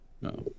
no